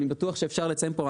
אני בטוח שאפשר לציין פה,